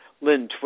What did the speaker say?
Lynn